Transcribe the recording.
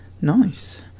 Nice